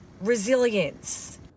resilience